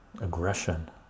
aggression